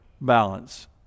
balance